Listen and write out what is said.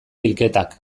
bilketak